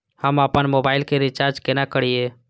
हम आपन मोबाइल के रिचार्ज केना करिए?